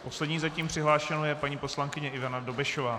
Poslední zatím přihlášenou je paní poslankyně Ivana Dobešová.